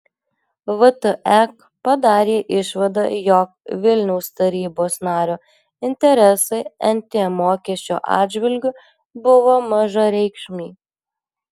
vtek padarė išvadą jog vilniaus tarybos nario interesai nt mokesčio atžvilgiu buvo mažareikšmiai